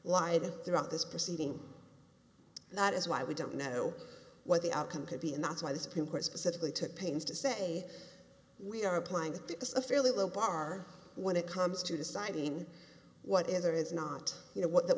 lied throughout this proceeding that is why we don't know what the outcome could be and that's why the supreme court specifically took pains to say we are applying a fairly low bar when it comes to deciding what is or is not you know what that